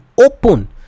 open